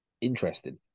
Interesting